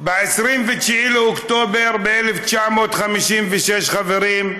ב-29 באוקטובר ב-1956, חברים,